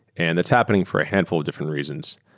and that's happening for a handful of different reasons.